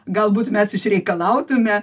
galbūt mes išsireikalautume